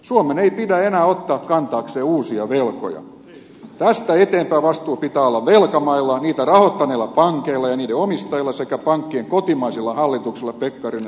suomen ei pidä enää ottaa kantaakseen uusia velkoja tästä eteenpäin vastuu pitää olla velkamailla niitä rahoittaneilla pankeilla ja niiden omistajilla sekä pankkien kotimaisilla hallituksilla pekkarinen sanoi rovaniemellä